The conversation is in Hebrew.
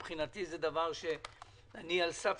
מבחינתי, זה דבר שאני על סף